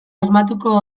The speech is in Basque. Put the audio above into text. asmatuko